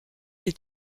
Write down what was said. est